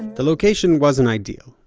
the location wasn't ideal.